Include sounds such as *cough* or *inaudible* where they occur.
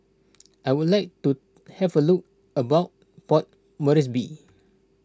*noise* I would like to have a look around Port Moresby